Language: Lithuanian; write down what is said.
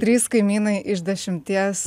trys kaimynai iš dešimties